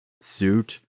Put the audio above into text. suit